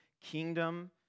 kingdom